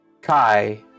...Kai